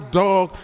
dog